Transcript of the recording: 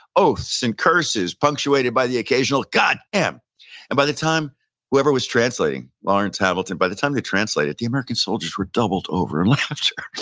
oaths and curses, punctuated by the occasional god damn. and by the time whoever was translating, lawrence, hamilton, by the time they translated the american soldiers were doubled over in laughter.